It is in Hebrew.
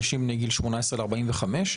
אנשים בגילאי 18 45,